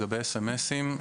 לגבי הודעות SMS ,